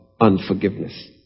unforgiveness